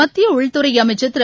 மத்திய உள்துறை அமைச்ச் திரு